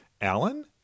alan